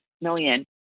million